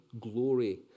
glory